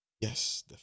Yes